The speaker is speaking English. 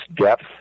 depth